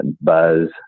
buzz